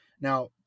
Now